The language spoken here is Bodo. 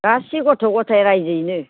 गासै गथ' गथाइ रायजोयैनो